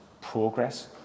progress